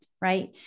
Right